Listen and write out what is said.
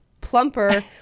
plumper